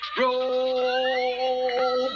roll